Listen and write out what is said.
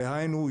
דהיינו,